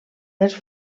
dels